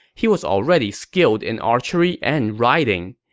he was already skilled in archery and riding.